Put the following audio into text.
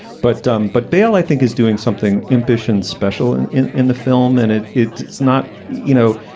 but dumb. but bale, i think, is doing something impish and special and in in the film. and it it it's not you know,